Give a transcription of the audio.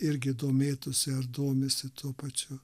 irgi domėtųsi ar domisi tuo pačiu